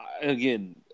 again